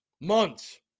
months